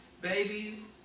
baby